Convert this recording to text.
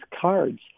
cards